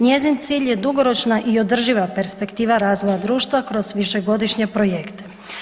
Njezin cilj je dugoročna i održiva perspektiva razvoja društva kroz višegodišnje projekte.